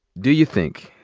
do you think,